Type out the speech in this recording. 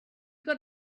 got